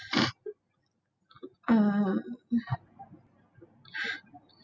uh